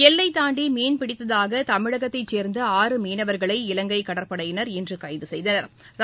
எல்லைதாண்டியீன் பிடித்ததாகதமிழகத்தைச் சேர்ந்த ஆறு மீனவர்களை இலங்கைகடற்படையினர் இன்றுகைதுசெய்தனா்